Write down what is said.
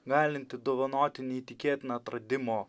galinti dovanoti neįtikėtiną atradimo